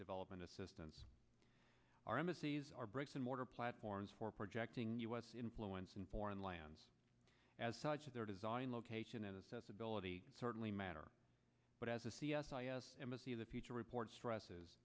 development assistance our embassies are bricks and mortar platforms for projecting u s influence in foreign lands as such of their design location and assess ability certainly matter but as a c s i s embassy the future report stresses